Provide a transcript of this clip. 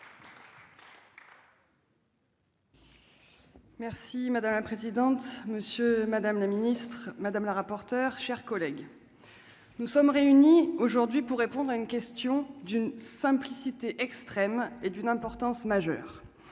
Merci madame la présidente, monsieur, madame la ministre, madame la rapporteure chers collègues. Nous sommes réunis aujourd'hui pour répondre à une question d'une simplicité extrême est d'une importance majeure